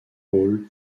hall